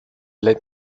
let